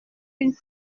une